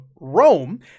Rome